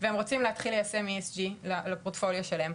והם רוצים להתחיל ליישם ESG לפרוטפוליו שלהם,